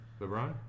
LeBron